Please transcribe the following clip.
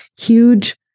huge